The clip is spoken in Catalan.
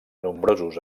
nombrosos